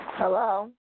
Hello